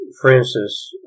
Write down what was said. Francis